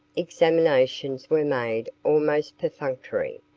examinations were made almost perfunctory,